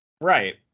Right